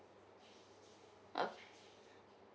oh